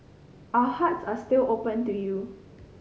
our hearts are still open to you